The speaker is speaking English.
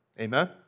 Amen